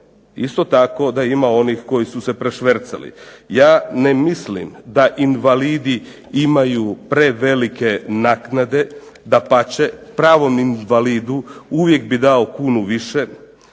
isto tako, da ima onih koji su se prošvercali. Ja ne mislim da invalidi imaju prevelike naknade, dapače, pravom invalidu uvijek bi dao kunu više,